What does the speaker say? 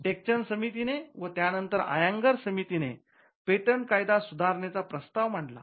take Chand समितीने व त्यानंतर अय्यंगार समितीने पेटंट कायदा सुधारणेचा प्रस्ताव मांडला